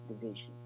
Division